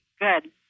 Good